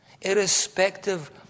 Irrespective